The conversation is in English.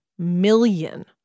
million